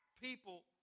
people